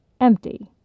Empty